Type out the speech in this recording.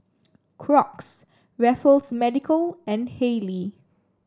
Crocs Raffles Medical and Haylee